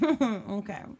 Okay